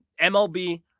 MLB